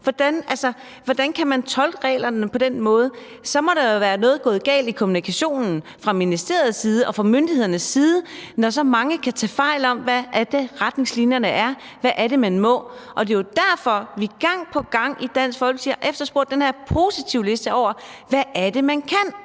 hvordan kan man tolke reglerne på den måde? Der må jo være gået noget galt i kommunikationen fra ministeriets side og fra myndighedernes side, når så mange kan tage fejl af, hvad retningslinjerne er, og hvad det er, man må. Det er jo derfor, vi gang på gang i Dansk Folkeparti har efterspurgt den her positivliste over, hvad det er, man kan,